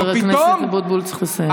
חבר הכנסת אבוטבול, צריך לסיים.